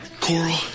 Coral